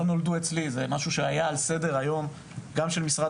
זה משהו שהיה על סדר היום גם של משרד